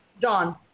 John